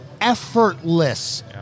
effortless